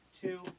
two